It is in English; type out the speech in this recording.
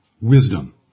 wisdom